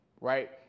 right